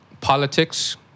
politics